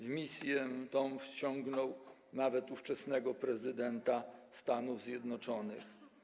W misję tę wciągnął nawet ówczesnego prezydenta Stanów Zjednoczonych.